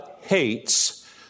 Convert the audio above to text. hates